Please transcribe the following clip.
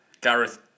Gareth